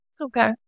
okay